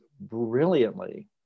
brilliantly